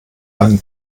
einen